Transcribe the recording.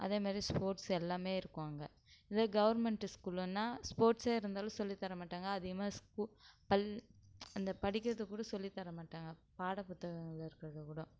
அதே மாதிரி ஸ்போர்ட்ஸ் எல்லாமே இருக்கும் அங்கே இதே கவர்மெண்ட்டு ஸ்கூல்லுனா ஸ்போர்ட்ஸே இருந்தாலும் சொல்லித் தர மாட்டாங்க அதிகமாக ஸ்கூ பள் அந்த படிக்கிறது கூட சொல்லித் தர மாட்டாங்க பாடப் புத்தகங்களில் இருக்கிறது கூடோ